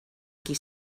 qui